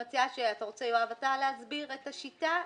יואב, אתה רוצה להסביר את השיטה?